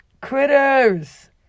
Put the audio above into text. critters